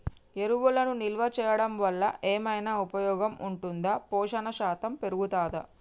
ఎరువులను నిల్వ చేయడం వల్ల ఏమైనా ఉపయోగం ఉంటుందా పోషణ శాతం పెరుగుతదా?